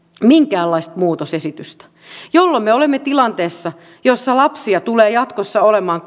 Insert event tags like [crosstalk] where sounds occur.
minkäänlaista muutosesitystä jolloin me olemme tilanteessa jossa lapsia tulee jatkossa olemaan [unintelligible]